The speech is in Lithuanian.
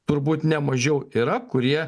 turbūt ne mažiau yra kurie